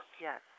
Yes